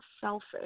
selfish